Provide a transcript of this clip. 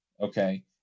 okay